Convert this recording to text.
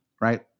right